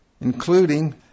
including